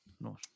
No